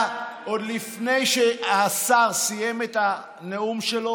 אני ישבתי למעלה עוד לפני שהשר סיים את הנאום שלו.